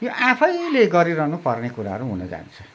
यो आफैले गरिरहनुपर्ने कुराहरू हुन जान्छ